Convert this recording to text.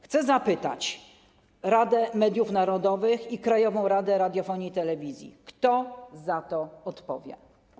Chcę zapytać Radę Mediów Narodowych i Krajową Radę Radiofonii i Telewizji: Kto za to odpowie?